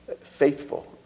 faithful